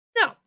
No